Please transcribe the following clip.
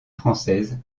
française